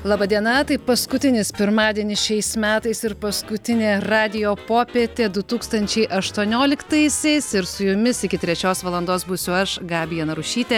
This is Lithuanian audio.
laba diena tai paskutinis pirmadienis šiais metais ir paskutinė radijo popietė du tūkstančiai aštuonioliktaisiais ir su jumis iki trečios valandos būsiu aš gabija narušytė